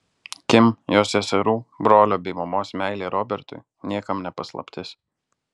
kim jos seserų brolio bei mamos meilė robertui niekam ne paslaptis